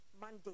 Monday